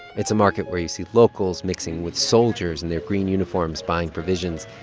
it's a market where you see locals mixing with soldiers in their green uniforms buying provisions.